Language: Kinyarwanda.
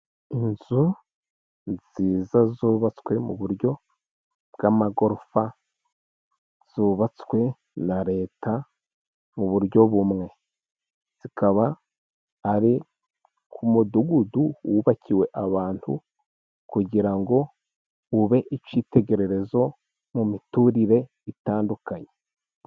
Inzu nziza zubatswe mu buryo bw'amagorofa, zubatswe na leta mu buryo bumwe, zikaba ari ku mudugudu wubakiwe abantu, kugira ngo ube ikitegererezo mu miturire itandukanye.